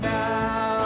now